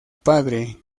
padre